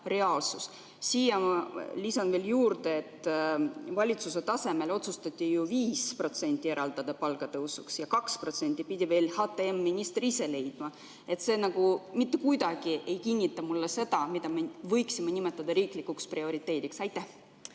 Ma lisan veel juurde, et valitsuse tasemel otsustati ju 5% eraldada palgatõusuks ja 2% pidi veel HTM‑i minister ise leidma. See mitte kuidagi ei kinnita seda, mida me võiksime nimetada riiklikuks prioriteediks.